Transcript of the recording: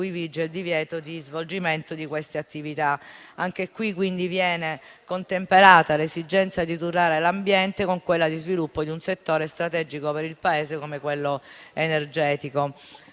il divieto di svolgimento di queste attività. Anche qui viene contemperata l'esigenza di tutelare l'ambiente con quella dello sviluppo di un settore strategico per il Paese come quello energetico.